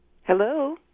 Hello